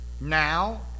now